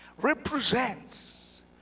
represents